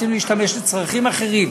רוצים להשתמש לצרכים אחרים,